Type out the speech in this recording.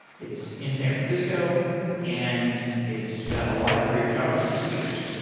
it's in san francisco and it's got a lot of great javascript speakers.